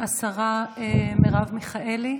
השרה מרב מיכאלי,